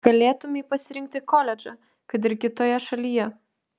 galėtumei pasirinkti koledžą kad ir kitoje šalyje